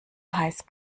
heiß